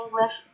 English